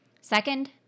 Second